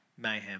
mayhem